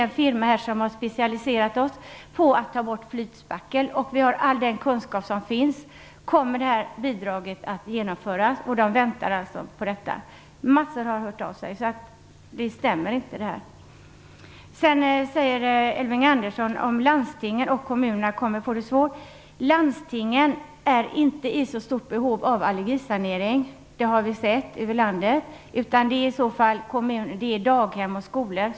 En firma som har specialiserat sig på att ta bort flytspackel och säger sig ha all kunskap som finns frågar om bidraget kommer att införas. Många har hört av sig och väntar på detta. Det som Elving Andersson säger stämmer alltså inte. Elving Andersson säger också att landstingen och kommunerna kommer att få det svårt. Landstingen är inte i så stort behov av allergisanering - det har vi sett ute i landet. Detta gäller främst daghem och skolor.